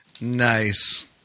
Nice